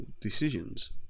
decisions